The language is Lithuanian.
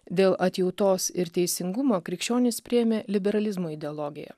dėl atjautos ir teisingumo krikščionys priėmė liberalizmo ideologiją